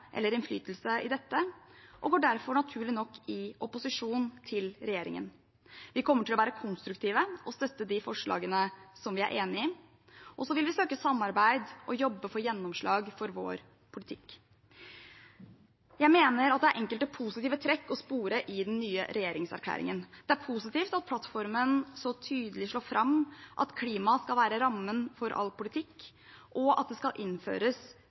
eller innflytelse over dette og går derfor – naturlig nok – i opposisjon til regjeringen. Vi kommer til å være konstruktive og støtte de forslagene som vi er enig i, og så vil vi søke samarbeid og jobbe for gjennomslag for vår politikk. Jeg mener at det er enkelte positive trekk å spore i den nye regjeringserklæringen. Det er positivt at plattformen så tydelig får fram at klima skal være rammen for all politikk, og at det skal innføres